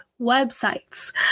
websites